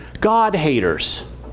God-haters